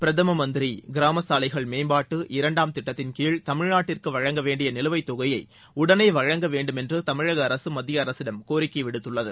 பிரதம மந்திரி கிராமச்சாலைகள் மேம்பாட்டு இரண்டாம் திட்டத்தின் கீழ் தமிழ்நாட்டிற்கு வழங்க வேண்டிய நிலுவைத் தொகையை உடனே வழங்க வேண்டுமென்று தமிழக அரசு மத்திய அரசிடம் கோரிக்கை விடுத்துள்ளது